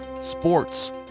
sports